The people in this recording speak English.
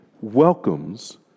welcomes